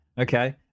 Okay